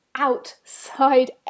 outside